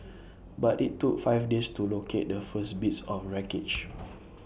but IT took five days to locate the first bits of wreckage